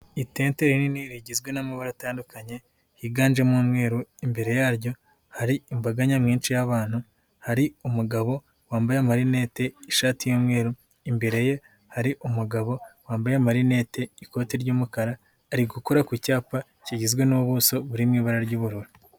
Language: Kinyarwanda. Itente rinini bigizwe n'amabara atandukanye, higanjemo umweru imbere yaryo hari imbaga nyamwinshi y'abantu, hari umugabo wambaye amarinete ishati y'umweru, imbere ye hari umugabo wambaye amarinete ikoti ry'umukara, ari gukora ku cyapa kigizwe n'ubuso buri mu ibara ry'ubururu.